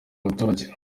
abaturage